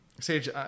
Sage